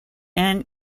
and